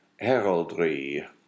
heraldry